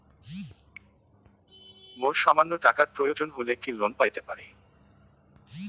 মোর সামান্য টাকার প্রয়োজন হইলে কি লোন পাইতে পারি?